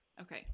okay